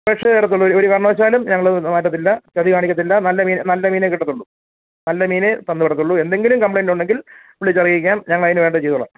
ഫ്രഷേ ഇടത്തുള്ളു ഒരു ഒരു കാരണവശാലും ഞങ്ങൾ മാറ്റത്തില്ല ചതി കാണിക്കത്തില്ല നല്ല മീൻ നല്ല മീനെ കിട്ടത്തുള്ളൂ നല്ല മീനെ തന്നു വിടത്തുള്ളൂ എന്തെങ്കിലും കമ്പ്ലൈൻറ്റ് ഉണ്ടെങ്കിൽ വിളിച്ചറിയിക്കാം ഞങ്ങളതിനു വേണ്ടത് ചെയ്തുകൊള്ളാം